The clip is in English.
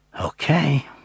Okay